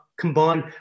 combined